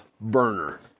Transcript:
burner